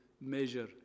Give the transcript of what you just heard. measure